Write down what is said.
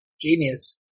genius